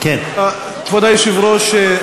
כבוד היושב-ראש,